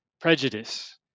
Prejudice